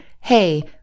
Hey